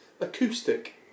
Acoustic